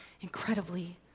incredibly